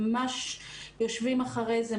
ממש יושבים אחרי זה,